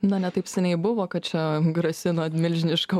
na ne taip seniai buvo kad čia grasino milžiniška